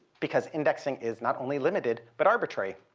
because indexing is not only limited but arbitrary.